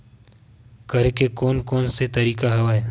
करे के कोन कोन से तरीका हवय?